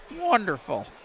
wonderful